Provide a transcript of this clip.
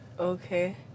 Okay